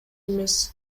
эмес